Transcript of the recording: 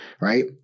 Right